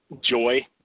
joy